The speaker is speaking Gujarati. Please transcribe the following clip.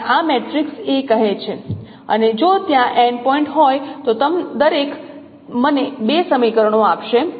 અને જો ત્યાં n પોઇન્ટ હોય તો દરેક મને બે સમીકરણો આપશે